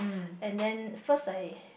and then first I